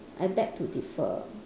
I beg to differ